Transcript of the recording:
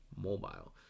mobile